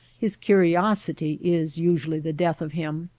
his curiosity is usually the death of him,